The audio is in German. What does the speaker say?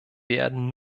werden